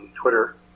Twitter